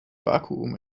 vakuum